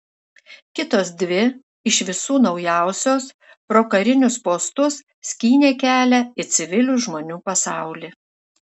kitos dvi iš visų naujausios pro karinius postus skynė kelią į civilių žmonių pasaulį